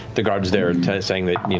the guards there are saying that